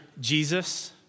Jesus